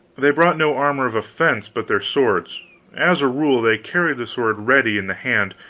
they brought no armor of offense but their swords as a rule, they carried the sword ready in the hand,